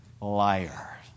liar